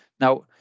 Now